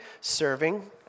serving